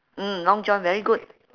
mm long john very good